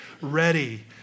ready